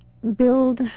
build